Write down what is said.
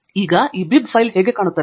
ಈಗ ಈ bib file ಹೇಗೆ ಕಾಣುತ್ತದೆ